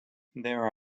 there